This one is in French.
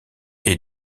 est